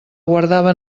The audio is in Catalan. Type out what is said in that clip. guardava